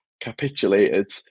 capitulated